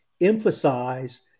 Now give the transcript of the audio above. emphasize